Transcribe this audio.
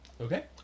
Okay